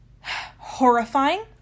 horrifying